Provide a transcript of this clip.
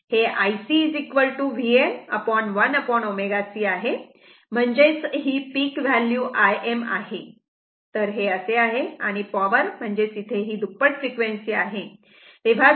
हे IC Vm1ω C आहे म्हणजेच ही पिक व्हॅल्यू Im आहे हे असे आहे आणि पॉवर म्हणजे दुप्पट फ्रिक्वेन्सी आहे